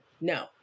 No